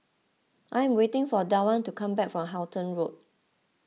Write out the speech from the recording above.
I am waiting for Dwan to come back from Halton Road